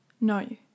No